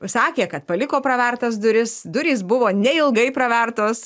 sakė kad paliko pravertas duris durys buvo neilgai pravertos